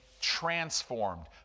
transformed